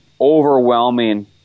overwhelming